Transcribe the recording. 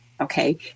okay